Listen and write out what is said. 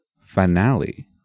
Finale